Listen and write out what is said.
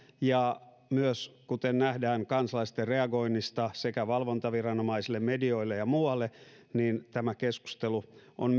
ja myös kuten nähdään kansalaisten reagoinnista niin paitsi valvontaviranomaisille medioille ja muualle tämä keskustelu on